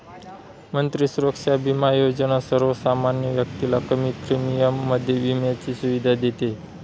मंत्री सुरक्षा बिमा योजना सर्वसामान्य व्यक्तीला कमी प्रीमियम मध्ये विम्याची सुविधा देते